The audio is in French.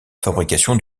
fabrication